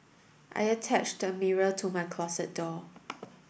I attached a mirror to my closet door